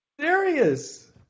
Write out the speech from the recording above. Serious